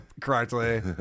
correctly